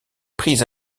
prise